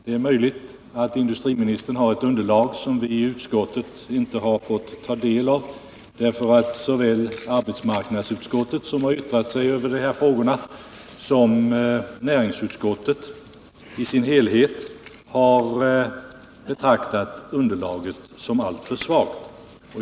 Det är möjligt att industriministern har ett material som vi i utskottet inte har fått ta del av, men både arbetsmarknadsutskottet, som har yttrat sig i ärendet, och näringsutskottet i sin helhet har betraktat underlaget som alltför svagt.